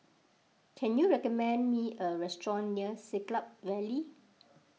can you recommend me a restaurant near Siglap Valley